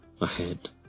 ahead